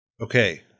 Okay